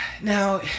Now